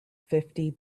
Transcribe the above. fifty